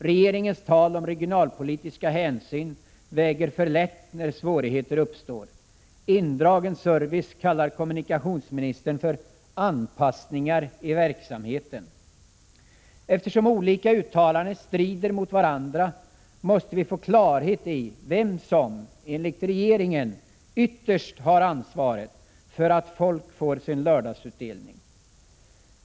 Regeringens tal om regionalpolitiska hänsyn väger för lätt när svårigheter uppstår. Indragen service kallar kommunikationsministern för anpassningar i verksamheten. Eftersom olika uttalanden strider mot varandra måste vi få klarhet i vem som, enligt regeringen, ytterst har ansvaret för att folk får sin lördagsutdelning.